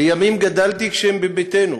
לימים גדלתי כשהם בביתנו.